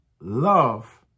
love